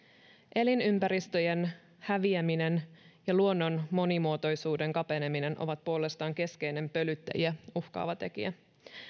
elinympäristöjen häviäminen ja luonnon monimuotoisuuden kapeneminen ovat puolestaan keskeinen pölyttäjiä uhkaava tekijä